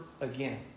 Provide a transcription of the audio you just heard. again